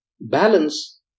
Balance